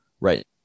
right